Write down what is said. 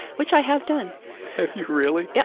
which i have done. have you really! yup.